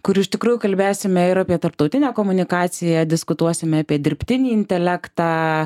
kur iš tikrųjų kalbėsime ir apie tarptautinę komunikaciją diskutuosime apie dirbtinį intelektą